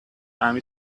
time